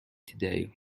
today